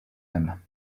him